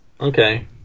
Okay